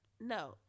No